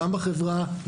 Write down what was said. גם בחברה,